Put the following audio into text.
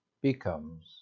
becomes